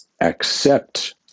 accept